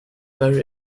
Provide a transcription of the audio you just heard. very